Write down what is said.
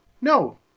No